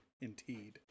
Indeed